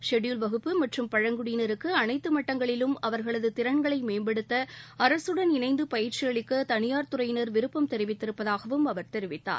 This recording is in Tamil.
ஷெடியூவ்ட் வகுப்பு மற்றும் பழங்குடியினருக்கு அனைத்து மட்டங்களிலும் அவா்களது திறன்களை மேம்படுத்த அரசுடன் இணைந்து பயிற்சி அளிக்க தனியார் துறையினர் விருப்பம் தெரிவித்திருப்பதாகவும் அவர் தெரிவித்தார்